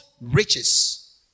riches